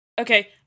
Okay